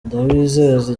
ndabizeza